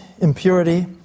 impurity